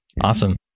Awesome